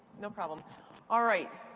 no problem all right,